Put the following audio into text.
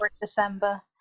December